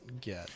get